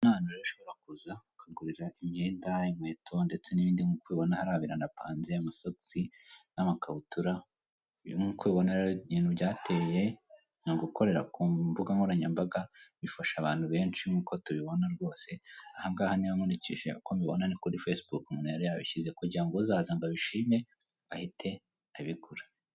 Aha rero ni ahantu ushobora kuza ukagurira imyenda, inkweto ndetse n'ibindi, nk'uko ubibona hariya biranapananze amasogisi n'amakabutura. Uyu nk'uko ubibona rero ibintu byateye ni ugukorera ku mbuga nkoranyambaga bifasha abantu benshi nk'uko tubibona rwose, ahangaha niba nkurikije uko mbibona ni kuri fesibuku umuntu yari yabishyize kugira ngo uzaza ngo abishime ahite abigura.